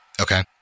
Okay